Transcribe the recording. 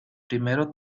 primero